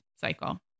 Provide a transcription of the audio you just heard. cycle